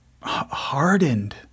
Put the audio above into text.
Hardened